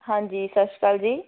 ਹਾਂਜੀ ਸਤਿ ਸ਼੍ਰੀ ਅਕਾਲ ਜੀ